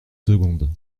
secondes